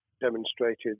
demonstrated